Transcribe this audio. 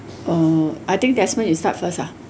uh I think desmond you start first ah